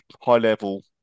high-level